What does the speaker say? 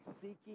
seeking